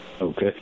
Okay